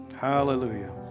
Hallelujah